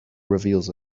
reveals